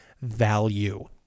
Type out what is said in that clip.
value